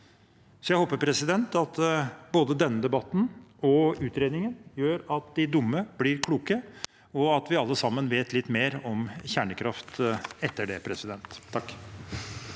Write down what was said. Så jeg håper at både denne debatten og utredningen gjør at de dumme blir kloke, og at vi alle sammen vet litt mer om kjernekraft etter det. Presidenten